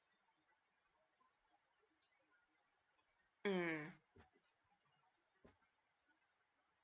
mm